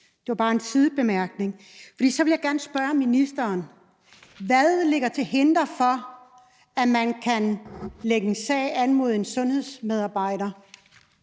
Det er bare en sidebemærkning. Jeg vil gerne spørge ministeren: Hvad er til hinder for, at man kan lægge en sag an mod en sundhedsmedarbejder,